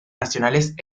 nacionales